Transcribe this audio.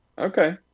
okay